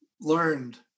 learned